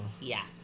Yes